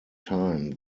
time